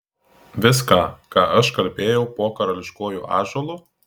viską ką aš kalbėjau po karališkuoju ąžuolu